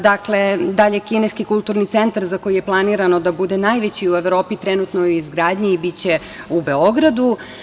Dalje, Kineski kulturni centar, za koji je planirano da bude najveći u Evropi, trenutno je u izgradnji i biće u Beogradu.